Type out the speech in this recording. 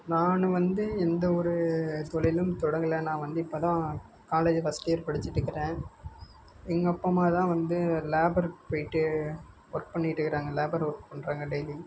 நான் வந்து எந்த ஒரு தொழிலும் தொடங்கல நான் வந்து இப்ப தான் காலேஜி ஃபர்ஸ்ட்டு இயர் படிச்சிகிட்டு இருக்கிறேன் எங்கள் அப்பா அம்மா தான் வந்து ஒரு லேபருக்கு போயிவிட்டு ஒர்க் பண்ணிகிட்டு இருக்குறாங்க லேபர் ஒர்க் பண்ணுறாங்க டெய்லி